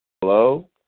Hello